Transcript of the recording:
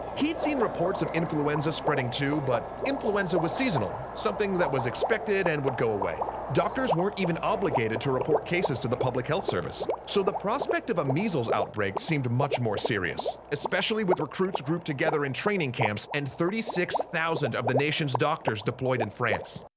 he'd seen reports of influenza spreading too, but influenza was seasonal, something that was expected and would go away. doctors weren't even obligated to report cases to the public health service, so the prospect of a measles outbreak seemed much more serious, especially with recruits grouped together in training camps and thirty six thousand of the nation's doctors deployed in france.